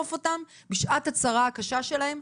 לאסוף אותם בשעת הצרה הקשה שלהם.